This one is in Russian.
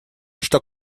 что